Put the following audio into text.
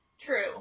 True